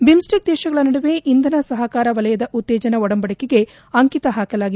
BIMSTEC ದೇಶಗಳ ನಡುವೆ ಇಂಧನ ಸಹಕಾರ ವಲಯದ ಉತ್ತೇಜನ ಒಡಂಬಡಿಕೆಗೆ ಅಂಕಿತ ಹಾಕಲಾಗಿತ್ತು